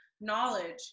knowledge